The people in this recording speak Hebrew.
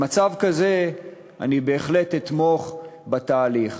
במצב כזה אני בהחלט אתמוך בתהליך.